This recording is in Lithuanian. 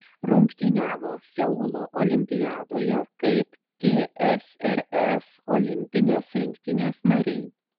rungtyniavo seulo olimpiadoje kaip tsrs olimpinės rinktinės nariai